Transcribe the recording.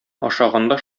ашаганда